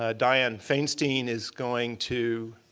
ah dianne fainstein is going to